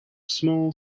small